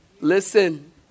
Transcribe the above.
Listen